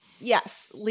Yes